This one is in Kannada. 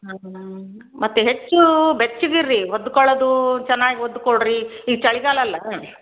ಹ್ಞೂ ಮತ್ತೆ ಹೆಚ್ಚು ಬೆಚ್ಚಗಿರ್ರಿ ಹೊದ್ಕೊಳ್ಳೋದೂ ಚೆನ್ನಾಗಿ ಹೊದ್ದುಕೊಳ್ರಿ ಈಗ ಚಳಿಗಾಲ ಅಲ್ವಾ